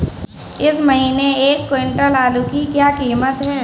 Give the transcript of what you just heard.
इस महीने एक क्विंटल आलू की क्या कीमत है?